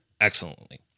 excellently